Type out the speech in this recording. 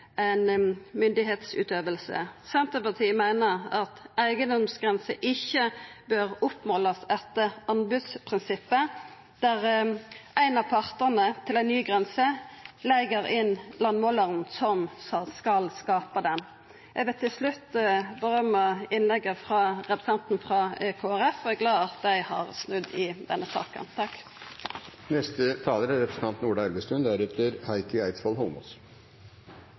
Senterpartiet meiner at eigedomsgrenser ikkje bør målast opp etter anbodsprinsippet, der ein av partane til ei ny grense leiger inn landmålaren som skal setja ho. Eg vil til slutt rosa innlegget til representanten frå Kristeleg Folkeparti og er glad for at dei har snudd i denne saka. Fra Venstres side mener vi helt klart at det er